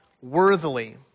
worthily